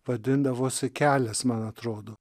vadindavosi kelias man atrodo